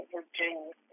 Virginia